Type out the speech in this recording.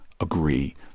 agree